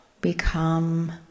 become